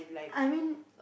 I mean